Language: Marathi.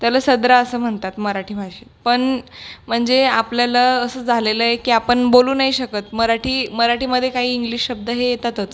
त्याला सदरा असं म्हणतात मराठी भाषेत पण म्हणजे आपल्याला असं झालेलं आहे की आपण बोलू नाही शकत मराठी मराठीमध्ये काही इंग्लिश शब्द हे येतातच